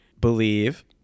believe